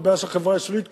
זאת בעיה של החברה הישראלית,